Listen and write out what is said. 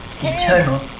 eternal